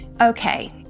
Okay